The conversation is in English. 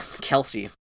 Kelsey